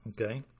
Okay